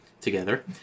together